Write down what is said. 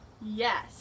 Yes